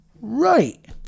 right